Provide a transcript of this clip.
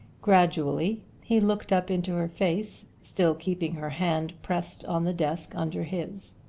gradually he looked up into her face, still keeping her hand pressed on the desk under his.